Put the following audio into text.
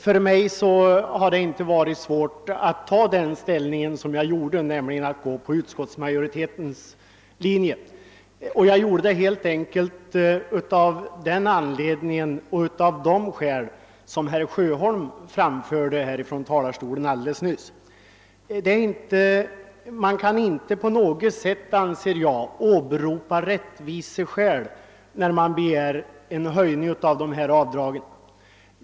För mig har det inte varit svårt att ta den ställning jag gjorde, nämligen att gå på utskottsmajoritetens linje. Jag gjorde det helt enkelt av de skäl som herr Sjöholm nyss framförde från talarstolen. Man kan inte på något sätt åberopa rättviseskäl när man begär en höjning av avdragen.